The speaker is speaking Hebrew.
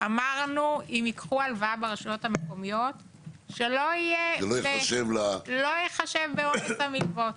אמרנו שאם ייקחו הלוואה ברשויות המקומיות זה לא ייחשב בעומס המלוות.